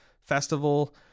festival